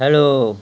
hello